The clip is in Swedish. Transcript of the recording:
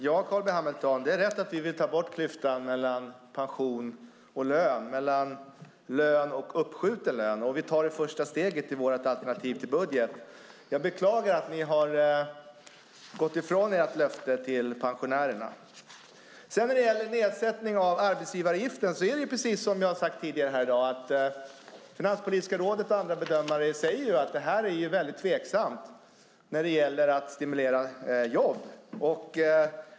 Herr talman! Det är rätt, Carl B Hamilton, att vi vill ta bort klyftan mellan pension och lön, mellan lön och uppskjuten lön, och vi tar det första steget i vårt alternativ till budget. Jag beklagar att ni har gått ifrån ert löfte till pensionärerna. När det sedan gäller nedsättningen av arbetsgivaravgiften säger, precis som jag har sagt tidigare här i dag, Finanspolitiska rådet och andra bedömare att det är ett väldigt tveksamt sätt att stimulera jobb.